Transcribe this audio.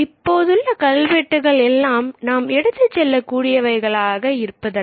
இப்போதுள்ள கல்வெட்டுகள் எல்லாம் நாம் எடுத்துச்செல்ல கூடியவைகளாக அல்ல